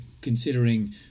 considering